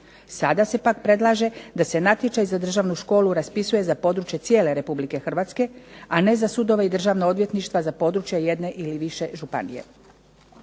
Sada se pak predlaže da se natječaj za državnu školu raspisuje za područje cijele Republike Hrvatske, a ne za sudove i državna odvjetništva za područje jedne ili više županije.